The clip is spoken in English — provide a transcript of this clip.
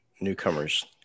newcomers